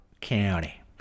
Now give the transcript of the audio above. County